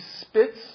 spits